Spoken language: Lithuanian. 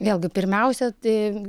vėlgi pirmiausia tai